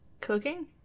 Cooking